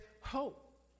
hope